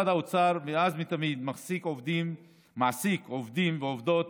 מאז ומתמיד משרד האוצר מעסיק עובדים ועובדות